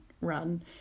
run